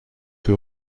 que